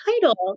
title